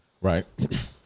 right